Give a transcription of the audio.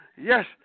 yes